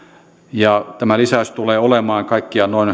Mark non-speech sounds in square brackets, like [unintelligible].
ja tämä lisäys tulee olemaan kaikkiaan noin [unintelligible]